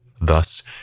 Thus